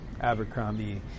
Abercrombie